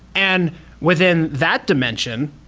and within that dimension,